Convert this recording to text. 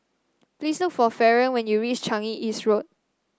please look for Faron when you reach Changi East Road